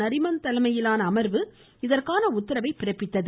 நரிமன் தலைமையிலான அமர்வு இதற்கான உத்தரவை பிறப்பித்தது